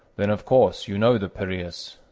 then, of course, you know the piraeus,